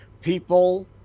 people